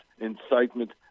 incitement